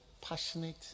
passionate